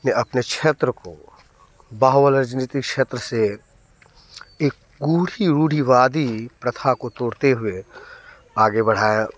ने अपने क्षेत्र को बाहुबली राजनीतिक क्षेत्र से एक कुड़ी रूढ़िवादी प्रथा को तोड़ते हुए आगे बढ़ाया